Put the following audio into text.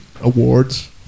awards